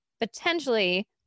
potentially